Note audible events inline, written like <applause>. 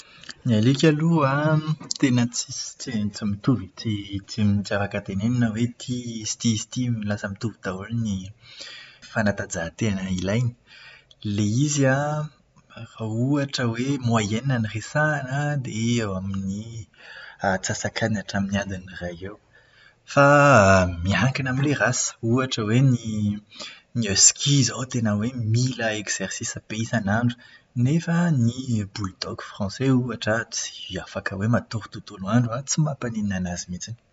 Ny alika aloha an tena tsi- tsy mitovy, tsy tsy afaka tenenina hoe ity sy ity sy ity lasa mitovy daholo ny fanatanjahan-tena ilainy. Ilay izy an, rehefa ohatra hoe moyenne no resahana an, dia eo amin'ny <hesitation> atsasak'adiny hatramin'ny adiny iray eo. Fa <hesitation> miankina amin'ilay rasa. Ohatra hoe ny ny husky izao tena hoe mila exercice be isan'andro. Nefa ny bulldog frantsay ohatra tsy afaka hoe matory tontolo andro an, tsy mampaninona anazy mihitsiny.